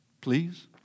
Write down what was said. please